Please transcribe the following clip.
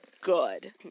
good